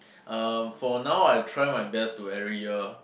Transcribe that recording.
um for now I try my best to every year